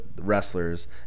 wrestlers